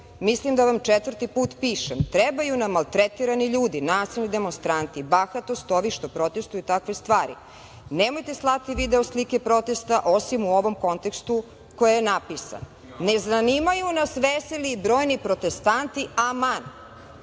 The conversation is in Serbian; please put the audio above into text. mislim da vam četvrti put pišem trebaju nam maltretirani ljudi, nasilni demonstranti, bahatost ovih što protestvuju takve stvari, nemojte slati video slike protesta osim u ovom kontekstu koji je napisan ne zanimaju nas veseli i brojni protestanti, aman,